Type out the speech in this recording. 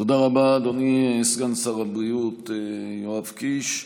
תודה רבה, אדוני סגן שר הבריאות יואב קיש.